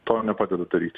to nepadeda daryti